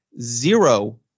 zero